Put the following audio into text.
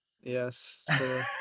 Yes